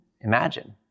imagine